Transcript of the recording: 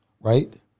right